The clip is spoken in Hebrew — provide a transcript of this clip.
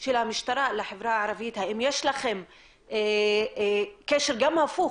של המשטרה לחברה הערבית, האם יש לכם קשר גם הפוך?